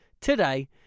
today